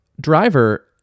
driver